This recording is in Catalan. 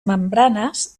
membranes